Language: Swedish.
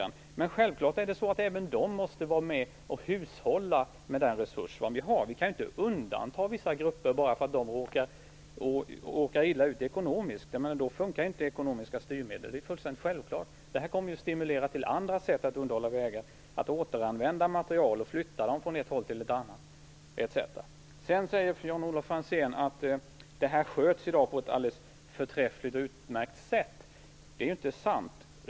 Men självklart måste även de vara med och hushålla med den resurs vi har. Vi kan inte undanta vissa grupper bara för att de råkar illa ut ekonomiskt. Då fungerar ju inte de ekonomiska styrmedlen; det är fullkomligt självklart. Det här kommer att stimulera till andra sätt att underhålla vägar - att återanvända material, att flytta material från ett håll till ett annat etc. Vidare säger Jan-Olof Franzén att det här i dag sköts på ett alldeles förträffligt och utmärkt sätt. Det är ju inte sant!